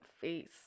face